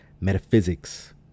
metaphysics